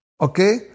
Okay